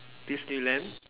Disneyland